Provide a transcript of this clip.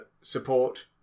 support